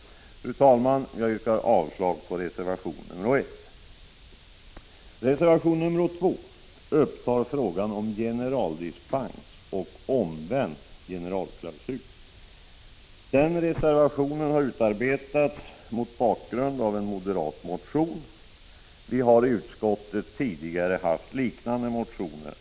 Fru talman! Jag yrkar avslag på reservation 1. Reservation 2 upptar frågan om generaldispens och omvänd generalklausul. Den reservationen har utarbetats mot bakgrund av en moderat motion. Utskottet har tidigare behandlat liknande motioner.